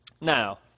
Now